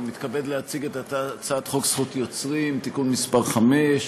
אני מתכבד להציג את הצעת חוק זכות יוצרים (תיקון מס' 5),